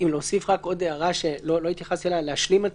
להשלים את